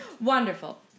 Wonderful